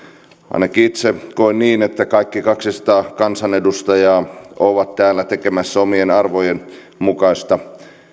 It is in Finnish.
ainakin itse koen niin että kaikki kaksisataa kansanedustajaa ovat täällä tekemässä omien arvojensa mukaista